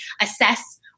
assess